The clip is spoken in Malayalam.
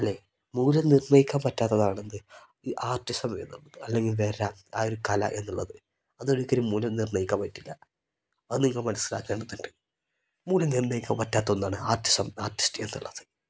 മൂല്യം നിർണ്ണയിക്കാൻ പറ്റാത്തതാണെന്ത് ഈ ആർട്ടിസം എന്നത് അല്ലെങ്കിൽ വര ആ ഒരു കല എന്നുള്ളത് അതൊരിക്കലും മൂല്യം നിർണ്ണയിക്കാൻ പറ്റില്ല അത് നിങ്ങൾ മനസ്സിലാക്കേണ്ടതുണ്ട് മൂല്യം നിർണയിക്കാൻ പറ്റാത്ത ഒന്നാണ് ആർട്ടിസം ആർട്ടിസ്റ്റ് എന്നുള്ളത്